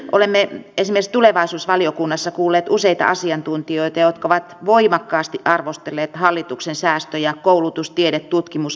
olemme esimerkiksi tulevaisuusvaliokunnassa kuulleet useita asiantuntijoita jotka ovat voimakkaasti arvostelleet hallituksen säästöjä koulutus tiede tutkimus kehittämis ja innovaatiosektoreilla